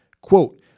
Quote